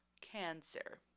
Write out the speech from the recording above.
cancer